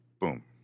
boom